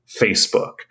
Facebook